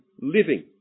living